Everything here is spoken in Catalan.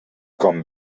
com